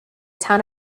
town